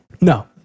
No